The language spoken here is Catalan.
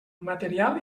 material